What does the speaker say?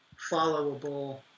followable